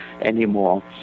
anymore